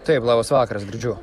taip labas vakaras girdžiu